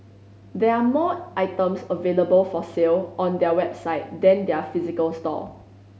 there are more items available for sale on their website than their physical store